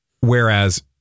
whereas